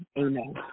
amen